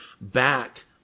back